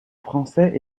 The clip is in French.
français